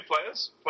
players